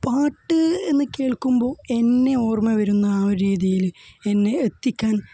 പാട്ട് എന്ന് കേള്ക്കുമ്പോൾ എന്നെ ഓര്മ്മ വരുന്ന ആ ഒരു രീതിയിൽ എന്നെ എത്തിക്കാന്